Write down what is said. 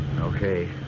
Okay